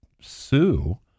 sue